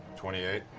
twenty eight?